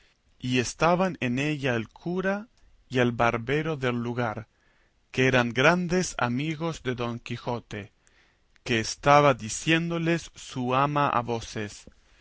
y estaban en ella el cura y el barbero del lugar que eran grandes amigos de don quijote que estaba diciéndoles su ama a voces